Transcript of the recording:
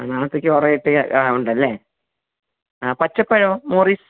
നാളത്തേക്ക് ഒറ കെട്ടിയ ആ ഉണ്ടല്ലേ ആ പച്ചപ്പഴമോ മോറീസ്